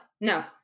no